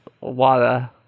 water